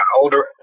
older